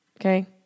Okay